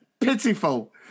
pitiful